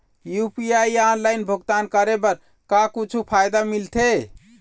UPI online भुगतान करे बर का कुछू फायदा मिलथे?